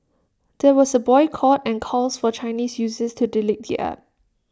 there was A boycott and calls for Chinese users to delete the app